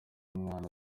umwana